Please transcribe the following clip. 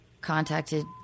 contacted